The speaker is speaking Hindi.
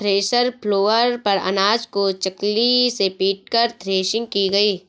थ्रेसर फ्लोर पर अनाज को चकली से पीटकर थ्रेसिंग की गई